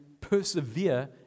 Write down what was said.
persevere